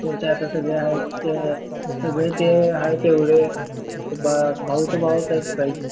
sir ते आता सगळे आहेत ते सगळे ते आहेत तेवढे भा भाव टू भावच आहेत प्राईस